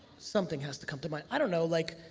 something has to come to mind. i don't know like